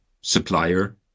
supplier